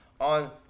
On